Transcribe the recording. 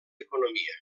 economia